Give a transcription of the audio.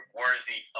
worthy